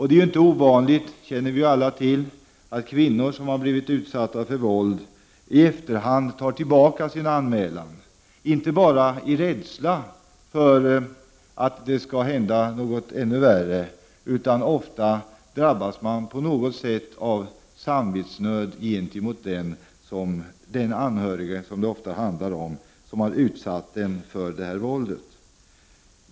Det är inte ovanligt — det känner vi alla till — att kvinnor som har blivit utsatta för våld i efterhand tar tillbaka sin anmälan, inte bara av rädsla för att det skall hända någonting ännu värre, utan ofta därför att de drabbas av samvetsnöd gentemot den anhörige, som det ofta handlar om, vilken har utsatt dem för våldet.